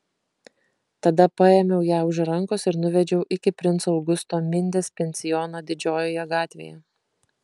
tada paėmiau ją už rankos ir nuvedžiau iki princo augusto mindės pensiono didžiojoje gatvėje